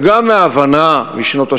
וגם מההבנה, משנות ה-70,